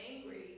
angry